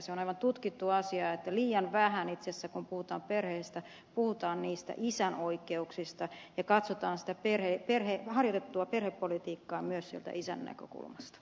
se on aivan tutkittu asia että liian vähän itse asiassa kun puhutaan perheestä puhutaan niistä isän oikeuksista ja katsotaan sitä harjoitettua perhepolitiikkaa myös sieltä isän näkökulmasta